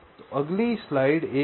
तो अगली स्लाइड एक विचार देगी